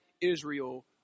Israel